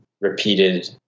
repeated